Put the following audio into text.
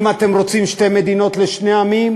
אם אתם רוצים שתי מדינות לשני עמים,